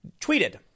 tweeted